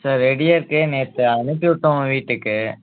sir ரெடியாக இருக்குது நேற்று அனுப்பி விட்டோம் உங்கள் வீட்டுக்கு